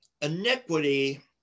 Iniquity